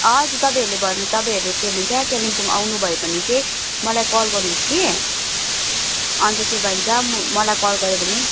हजुर तपाईँहरूले भन्नु तपाईँहरू के भन्छ कालिम्पोङ आउनुभयो भने चाहिँ मलाई कल गर्नुहोस् कि अन्त के भन्छ मलाई कल गऱ्यो भने